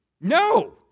No